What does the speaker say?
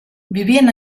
vivien